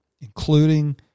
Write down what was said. including